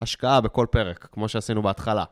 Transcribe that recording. השקעה בכל פרק, כמו שעשינו בהתחלה.